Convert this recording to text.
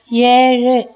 ஏழு